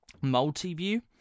MultiView